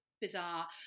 bizarre